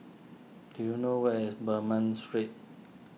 do you know where is Bernam Street